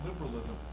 liberalism